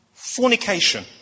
Fornication